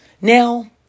Now